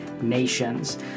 nations